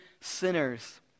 sinners